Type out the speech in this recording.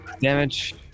Damage